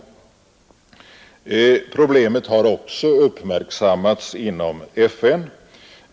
Problemet har också uppmärksammats inom FN.